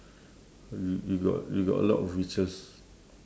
y~ you got you got a lot of wishes